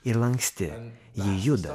ir lanksti ji juda